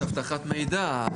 יש את אבטחת מידע,